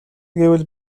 гэвэл